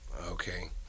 okay